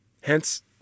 Hence